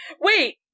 Wait